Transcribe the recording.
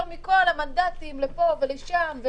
יותר מכל המנדטים לפה ולשם,